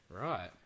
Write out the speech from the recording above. right